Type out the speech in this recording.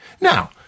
Now